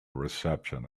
reception